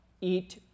eat